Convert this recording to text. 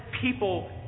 people